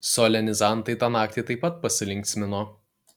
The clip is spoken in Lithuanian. solenizantai tą naktį taip pat pasilinksmino